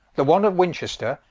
the one of winchester,